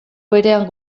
berean